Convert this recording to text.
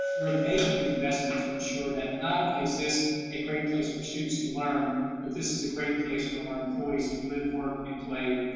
we're making an investment to ensure that not only is this a great place for students to learn but this is a great place for our employees to live, work, and play,